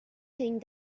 think